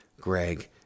Greg